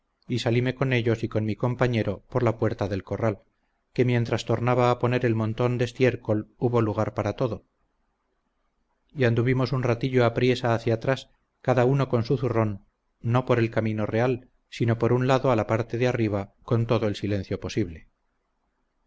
y salime con ellos y con mi compañero por la puerta del corral que mientras tornaba a poner el montón de estiércol hubo lugar para todo y anduvimos un ratillo apriesa hacía atrás cada uno con su zurrón no por el camino real sino por un lado a la parte de arriba con todo el silencio posible